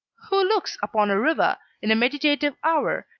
who looks upon a river in a meditative hour,